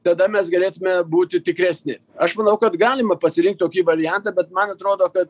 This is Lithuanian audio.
tada mes galėtume būti tikresni aš manau kad galima pasirinkt tokį variantą bet man atrodo kad